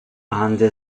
under